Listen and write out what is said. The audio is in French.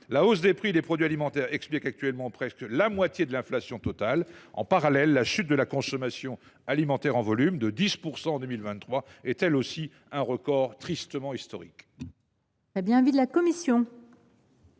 La hausse des prix des produits alimentaires explique actuellement presque la moitié de l’inflation totale. En parallèle, la chute de la consommation alimentaire en volume, de 10 % en 2023, est elle aussi un record tristement historique.